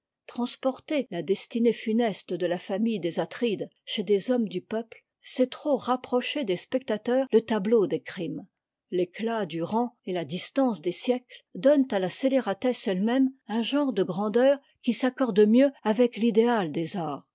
transporter la destinée funeste de la famille des atrides chez des hommes du peuple c'est trop rapprocher des spectateurs le tableau des crimes l'éclat du rang et la distance des siècles donnent à la scélératesse ette même un genre de grandeur qui s'accorde mieux avec t'idéat des arts